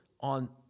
on